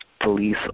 police